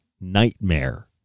nightmare